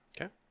Okay